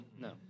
No